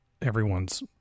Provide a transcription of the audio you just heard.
everyone's